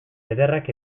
ederrak